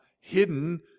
hidden